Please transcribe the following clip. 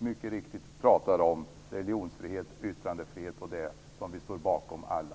Chatrine Pålsson talar om, nämligen religionsfrihet och yttrandefrihet. Det står vi ju alla bakom.